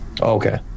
Okay